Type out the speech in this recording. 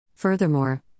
Furthermore